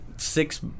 six